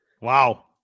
Wow